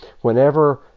Whenever